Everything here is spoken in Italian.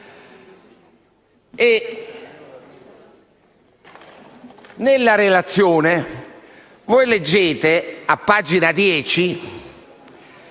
Nella relazione voi leggete, a pagina 10,